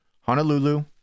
Honolulu